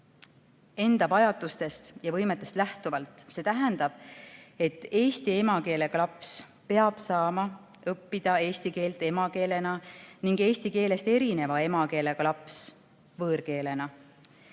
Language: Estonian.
enda vajadustest ja võimetest lähtuvalt. See tähendab, et eesti emakeelega laps peab saama õppida eesti keelt emakeelena ning eesti keelest erineva emakeelega laps võõrkeelena.